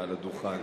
מעל הדוכן.